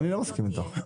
אני לא מסכים איתך.